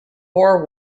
boer